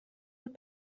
بود